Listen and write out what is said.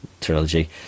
trilogy